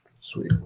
Sweet